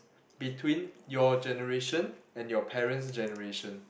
between your generation and your parents' generation